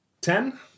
Ten